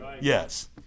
yes